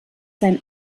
seinen